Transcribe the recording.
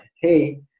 hey